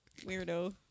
Weirdo